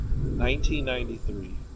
1993